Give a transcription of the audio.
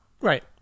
Right